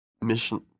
mission